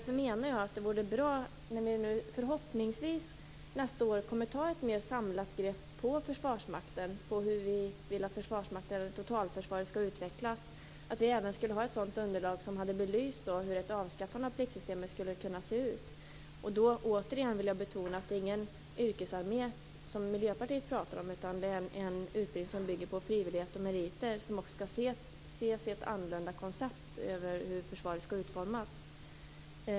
Förhoppningsvis kommer vi under nästa år att ta ett mer samlat grepp på Försvarsmakten och hur vi vill att den och totalförsvaret skall utvecklas. Då menar jag att det vore bra om vi hade ett underlag som belyser hur ett avskaffande av pliktsystemet skulle kunna se ut. Återigen vill jag betona att det inte är någon yrkesarmé som Miljöpartiet pratar om, utan det handlar om en utbildning som bygger på frivillighet och meriter. Den skall också ses som ett annorlunda koncept för hur försvaret skall utformas.